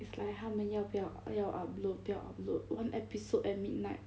it's like 他们要不要要 upload 不要 upload one episode at midnight